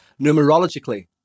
numerologically